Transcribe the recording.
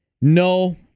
no